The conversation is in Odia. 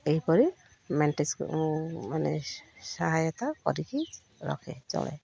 ଏହିପରି ମାନେ ସହାୟତା କରିକି ରଖେ ଚଳେ